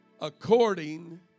according